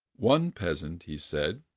one peasant, he said,